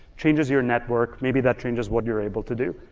changes your network, maybe that changes what you're able to do.